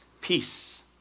peace